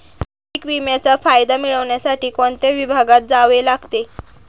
पीक विम्याचा फायदा मिळविण्यासाठी कोणत्या विभागात जावे लागते?